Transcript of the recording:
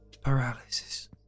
paralysis